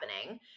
happening